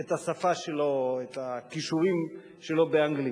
את השפה שלו, את הכישורים שלו באנגלית,